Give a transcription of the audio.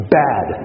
bad